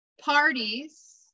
parties